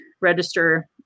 register